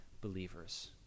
believers